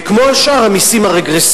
כמו את שאר המסים הרגרסיביים,